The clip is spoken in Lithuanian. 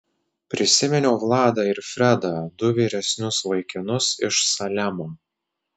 prisiminiau vladą ir fredą du vyresnius vaikinus iš salemo